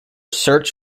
search